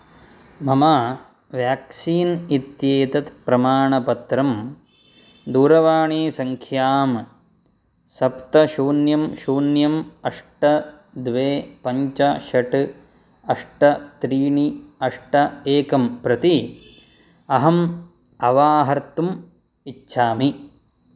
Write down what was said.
मम व्याक्सीन् इत्येतत् प्रमाणपत्रं दूरवाणीसङ्ख्यां सप्त शून्यं शून्यम् अष्ट द्वे पञ्च षट् अष्ट त्रीणि अष्ट एकं प्रति अहम् अवाहर्तुम् इच्छामि